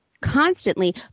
constantly